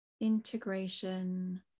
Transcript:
integration